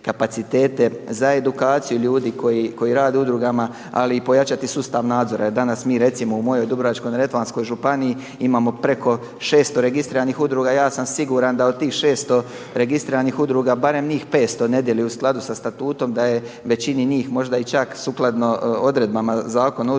za edukaciju ljudi koji rade u udrugama ali i pojačati sustav nadzora. Jer danas mi recimo u mojoj Dubrovačko-neretvanskoj županiji imamo preko 600 registriranih udruga a ja sam siguran da od tih 600 registriranih udruga barem njih 500 ne dijeli u skladu sa statutom, da je većini njih možda i čak sukladno odredbama Zakona o udrugama